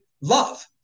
love